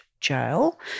Jail